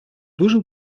дуже